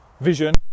vision